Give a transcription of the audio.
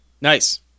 Nice